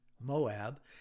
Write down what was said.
Moab